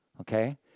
okay